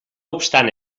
obstant